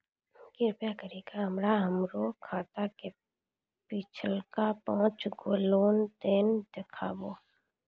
कृपा करि के हमरा हमरो खाता के पिछलका पांच गो लेन देन देखाबो